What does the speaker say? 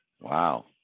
Wow